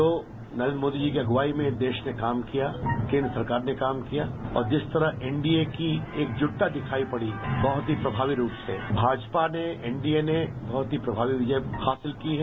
जो नरेन्द्र मोदी जी की अगुवाई में देश में काम किया केंद्र सरकार ने काम किया और जिस तरह की एनडीए की एकजुटता दिखाई पड़ी बहुत ही प्रभावी रूप से भाजपा ने एनडीए ने बहुत ही प्रभावी विजय हासिल की है